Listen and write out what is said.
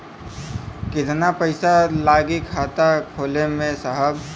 कितना पइसा लागि खाता खोले में साहब?